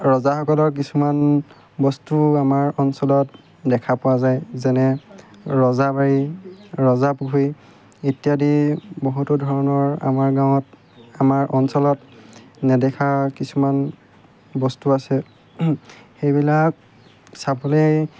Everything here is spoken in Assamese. ৰজাসকলৰ কিছুমান বস্তু আমাৰ অঞ্চলত দেখা পোৱা যায় যেনে ৰজাবাৰী ৰজা পুখুৰী ইত্যাদি বহুতো ধৰণৰ আমাৰ গাঁৱত আমাৰ অঞ্চলত নেদেখা কিছুমান বস্তু আছে সেইবিলাক চাবলৈ